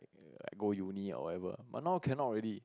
like go Uni whatever but now cannot already